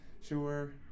sure